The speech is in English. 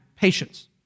patience